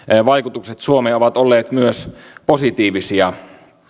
vaikutukset suomeen ovat olleet myös positiivisia